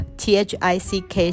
t-h-i-c-k